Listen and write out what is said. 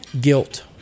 guilt